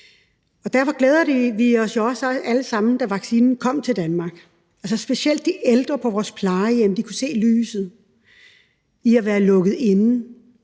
Derfor glædede vi os jo også alle sammen over det, da vaccinen kom til Danmark. Specielt de ældre på vores plejehjem kunne se lyset. De havde været lukket inde,